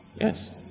Yes